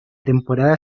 temporada